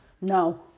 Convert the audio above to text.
No